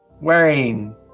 wearing